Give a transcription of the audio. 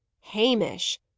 Hamish